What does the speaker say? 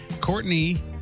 Courtney